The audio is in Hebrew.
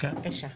בבקשה.